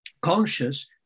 conscious